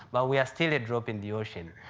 but we are still a drop in the ocean,